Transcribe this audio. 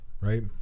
right